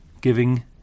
giving